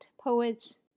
poets